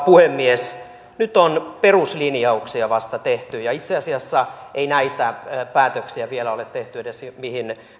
puhemies nyt on peruslinjauksia vasta tehty ja itse asiassa ei näitä päätöksiä vielä ole tehty edes mihin